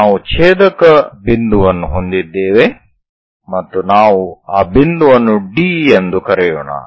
ನಾವು ಛೇದಕ ಬಿಂದುವನ್ನು ಹೊಂದಿದ್ದೇವೆ ಮತ್ತು ನಾವು ಆ ಬಿಂದುವನ್ನು D ಎಂದು ಕರೆಯೋಣ